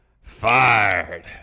fired